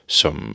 som